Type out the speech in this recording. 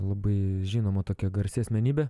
labai žinoma tokia garsi asmenybė